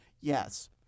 yes